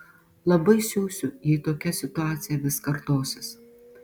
labai siusiu jei tokia situacija vis kartosis